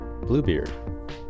Bluebeard